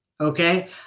okay